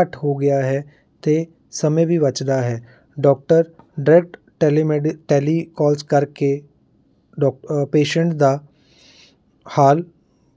ਘੱਟ ਹੋ ਗਿਆ ਹੈ ਅਤੇ ਸਮੇਂ ਵੀ ਬਚਦਾ ਹੈ doctor direct telemed telecalls ਕਰ ਕੇ ਡੋਕ ਪੇਸ਼ੈਂਟ ਦਾ ਹਾਲ